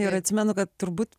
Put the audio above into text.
ir atsimenu kad turbūt